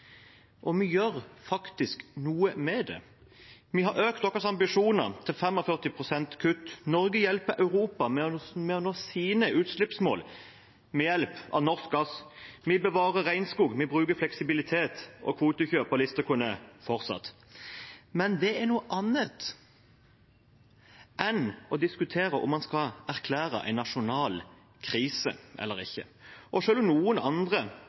Vi har økt våre ambisjoner til 45 pst. kutt. Norge hjelper Europa med å nå sine utslippsmål ved hjelp av norsk gass. Vi bevarer regnskog, vi bruker fleksibilitet og kvotekjøp – og listen kunne fortsatt. Men det er noe annet enn å diskutere om man skal erklære en nasjonal krise eller ikke. Selv om noen få andre